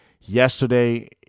yesterday